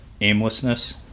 aimlessness